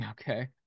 Okay